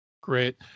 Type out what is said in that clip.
Great